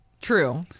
True